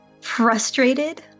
frustrated